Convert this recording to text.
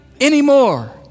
anymore